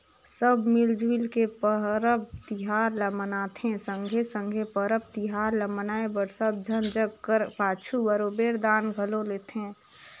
सब मिल जुइल के परब तिहार ल मनाथें संघे संघे परब तिहार ल मनाए बर सब झन जग घर पाछू बरोबेर दान घलो लेथें